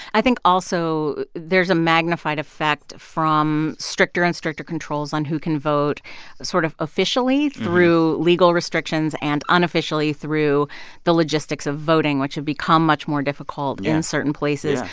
i think also there's a magnified effect from stricter and stricter controls on who can vote sort of officially through legal restrictions and unofficially through the logistics of voting which have become much more difficult in certain places.